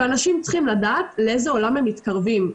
ואנשים צריכים לדעת לאיזה עולם הם מתקרבים.